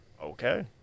Okay